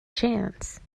chance